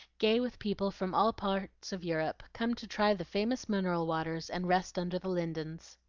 gay with people from all parts of europe, come to try the famous mineral waters, and rest under the lindens.